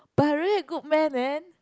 but you're really a good man man